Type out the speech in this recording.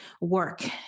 work